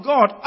God